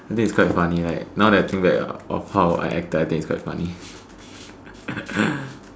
this is quite funny like now that I think back about how I acted I think it's quite funny